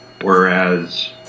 Whereas